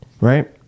right